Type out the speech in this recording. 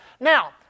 Now